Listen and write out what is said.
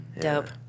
Dope